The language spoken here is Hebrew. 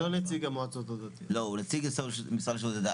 מה,